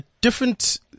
different